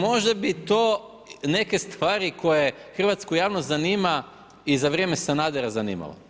Možda bi to neke stvari koje hrvatsku javnost zanima i za vrijeme Sanadera zanimalo.